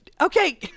Okay